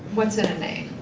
what's in a name,